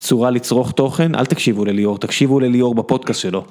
צורה לצרוך תוכן אל תקשיבו לליאור תקשיבו לליאור בפודקאסט שלו.